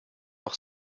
auch